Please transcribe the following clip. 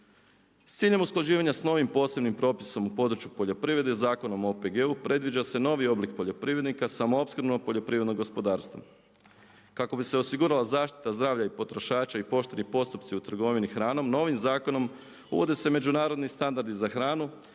S ciljem usklađivanja sa novim posebnim propisom u području poljoprivrede, Zakonom o OPG-u predviđa se novi oblik poljoprivrednika samoopskrbnog poljoprivrednog gospodarstva. Kako bi se osigurala zaštita zdravlja i potrošača i pooštrili postupci u trgovini hranom novim zakonom uvode se međunarodni standardi za hranu,